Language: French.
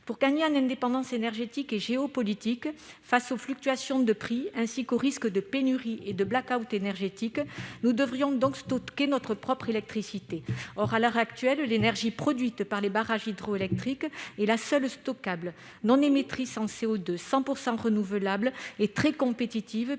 Pour gagner en indépendance énergétique et géopolitique, faire face aux fluctuations de prix ainsi qu'au risque de pénurie et de énergétique, nous devrions stocker notre propre électricité. Or, à l'heure actuelle, l'énergie produite par les barrages hydroélectriques est la seule stockable ; elle est également non émettrice de CO2, 100 % renouvelable et très compétitive,